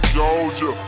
Georgia